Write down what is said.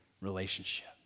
relationship